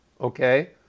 okay